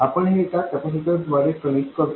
आपण हे एका कॅपेसिटरद्वारे कनेक्ट करतो